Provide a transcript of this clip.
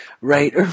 right